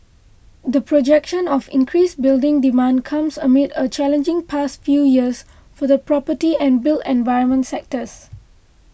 the projection of increased building demand comes amid a challenging past few years for the property and built environment sectors